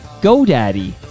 GoDaddy